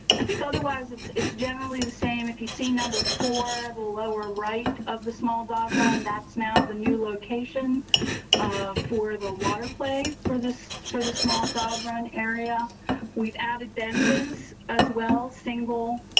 i think otherwise, it's it's generally the same if you see number for the lower right of the small dog run that's now the new location for the water play for this for the small dog run area we've added engines as well. single